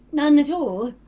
none at all!